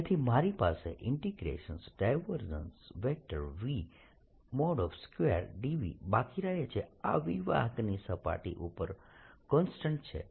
તેથી મારી પાસે V2dV બાકી રહે છે આ V વાહકની સપાટી ઉપર કોન્સ્ટન્ટ છે